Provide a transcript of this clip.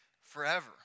forever